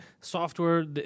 software